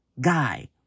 guy